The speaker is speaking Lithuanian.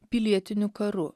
pilietiniu karu